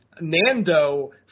Nando